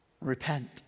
Repent